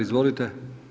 Izvolite.